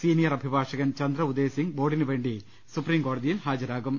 senior അഭിഭാഷകൻ ചന്ദ്രഉദയ സിംഗ് ബോർഡിനുവേണ്ടി സുപ്രീംകോടതിയിൽ ഹാജ രാകും